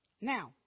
Now